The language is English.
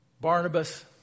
Barnabas